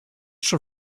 schon